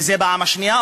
וזאת הפעם השנייה,